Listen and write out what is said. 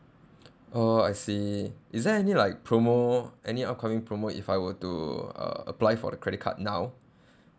orh I see is there any like promo any upcoming promo if I were to uh apply for the credit card now